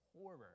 horror